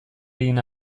egin